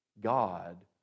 God